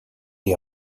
est